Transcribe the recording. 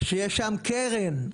ויש שם קרן.